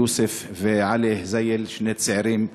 יוסף ועלי אל-הוזייל, שני צעירים שנהרגו,